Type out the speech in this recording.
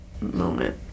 moment